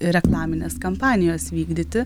reklamines kampanijas vykdyti